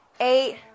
eight